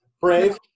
Brave